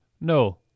No